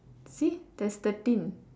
see there's thirteen